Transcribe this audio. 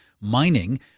mining